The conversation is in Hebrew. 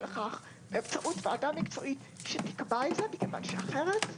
לכך באמצעות ועדה מקצועית שתקבע את זה מכיוון שאחרת,